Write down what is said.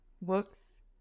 Whoops